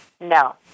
No